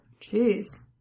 Jeez